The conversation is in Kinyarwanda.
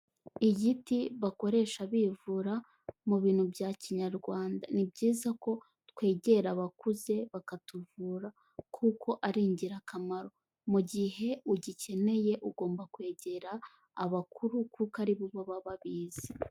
Igiti bakoresha bivura mu bintu bya Kinyarwanda, ni byiza ko twegera abakuze bakatuvura kuko ari ingirakamaro. Mu gihe ugikeneye ugomba kwegera abakuru kuko ari bo baba babizi.